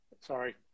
Sorry